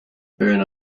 burn